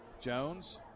Jones